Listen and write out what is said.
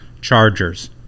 Chargers